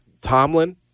Tomlin